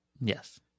Yes